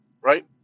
Right